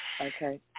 okay